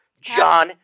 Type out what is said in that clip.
John